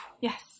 yes